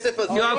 הן יהיו.